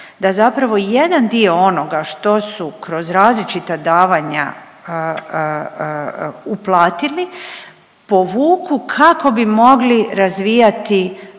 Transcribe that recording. da zapravo jedan dio onoga što su kroz različita davanja uplatili povuku kako bi mogli razvijati